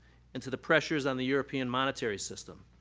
and to the pressures on the european monetary system.